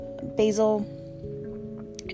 Basil